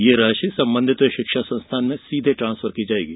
यह राशि संबंधित शिक्षा संस्थान में सीधे ट्रांसफर की जाएगी